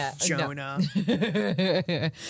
Jonah